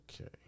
okay